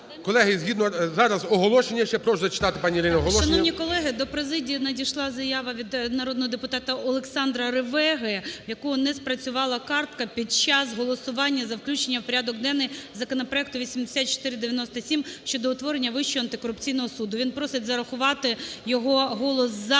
зачитати, пані Ірина, оголошення. 14:18:15 ГЕРАЩЕНКО І.В. Шановні колеги, до президії надійшла заява від народного депутата Олександра Ревеги, в якого не спрацювала картка під час голосування за включення в порядок денний законопроекту 8497 щодо утворення Вищого антикорупційного суду. Він просить зарахувати його голос "за"